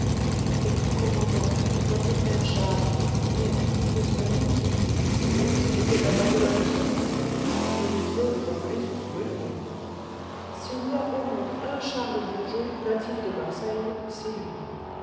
mais commandant votre frère charles mais n'est-ce pas lui qui était à bord de l'alcyon je n'osais vous rappeler ce souvenir s'il y a au monde un charles bourgeot natif de marseille c'est lui